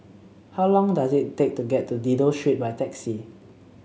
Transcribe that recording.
how long does it take to get to Dido Street by taxi